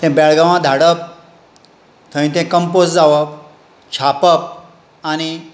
तें बेळगांवां धाडप थंय तें कम्पोझ जावप छापप आनी